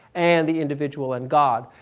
and the individual and god.